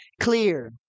clear